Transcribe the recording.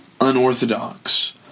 unorthodox